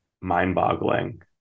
mind-boggling